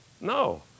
No